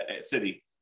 city